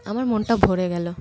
আমার মনটা ভরে গেল